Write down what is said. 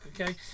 okay